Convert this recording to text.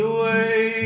Away